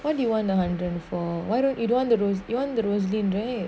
what do you want one hundred and four why don't you don't want the rose you want the rosaline right